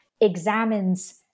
examines